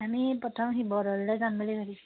আমি প্ৰথম শিৱদৌললৈ যাম বুলি ভাবিছোঁ